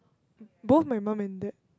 both my mum and dad